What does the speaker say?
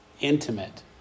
intimate